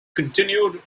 continued